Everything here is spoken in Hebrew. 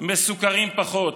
מסוקרים פחות,